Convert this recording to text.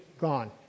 gone